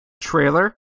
trailer